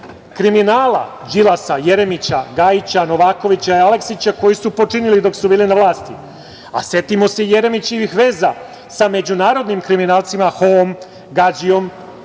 kriminala Đilasa, Jeremića, Gajića, Novakovića, Aleksića koji su počinili dok su bili na vlasti. Setimo se i Jeremićevih veza sa međunarodnom kriminalcima, Hoom, Gađijom,